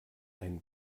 ein